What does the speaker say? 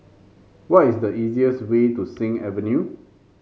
what is the easiest way to Sing Avenue